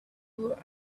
were